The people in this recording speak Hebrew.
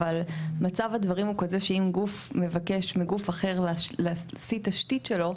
אבל מצב הדברים הוא כזה שאם גוף מבקש מגוף אחר להשיא תשתית שלו,